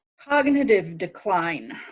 cognitive decline,